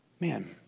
man